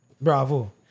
Bravo